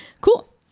Cool